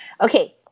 Okay